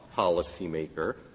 policymaker,